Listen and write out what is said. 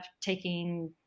taking